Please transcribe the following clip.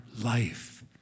life